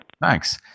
Thanks